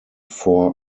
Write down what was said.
four